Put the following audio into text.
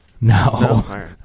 No